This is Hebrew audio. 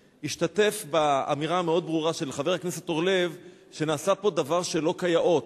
השתתף באמירה המאוד ברורה של חבר הכנסת אורלב שנעשה פה דבר שלא כיאות,